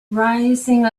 rising